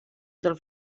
del